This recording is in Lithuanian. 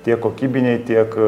tiek kokybiniai tiek